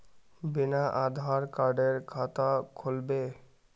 बिना आधार कार्डेर खाता खुल बे?